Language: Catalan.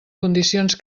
condicions